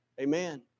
Amen